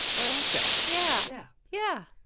i like that yeah yeah